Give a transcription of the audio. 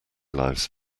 lives